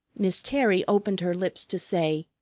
miss terry opened her lips to say,